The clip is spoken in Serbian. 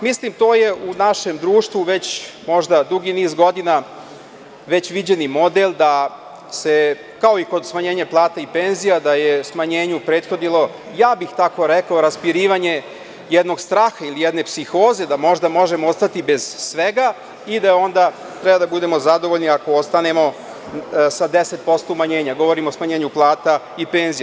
Mislim, to je u našem društvu već možda dugi niz godina već viđeni model, da se kao i kod smanjenja plata i penzija da je smanjenju prethodilo, ja bih tako rekao, raspirivanje jednog straha ili jedne psihoze da možda možemo ostati bez svega i da onda treba da budemo zadovoljni ako ostanemo sa 10% umanjenja, govorim o smanjenju plata i penzija.